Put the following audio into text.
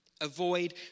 Avoid